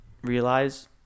Realize